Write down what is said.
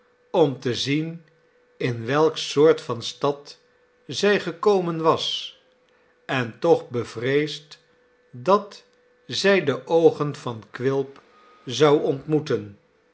om te zien in welke soort van stad zij gekomen was en toch bevreesd dat zij de oogen van quilp zou ontmoeten